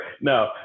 no